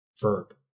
verb